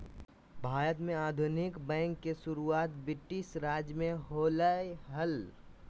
भारत में आधुनिक बैंक के शुरुआत ब्रिटिश राज में होलय हल